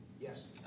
yes